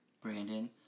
Brandon